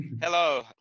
Hello